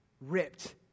ripped